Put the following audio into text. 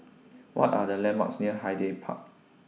What Are The landmarks near Hyde Park